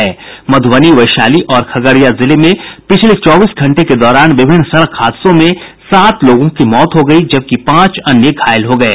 मधुबनी वैशाली और खगड़िया जिले में पिछले चौबीस घंटे के दौरान विभिन्न सड़क हादसों में सात लागों की मौत हो गयी जबकि पांच अन्य घायल हो गये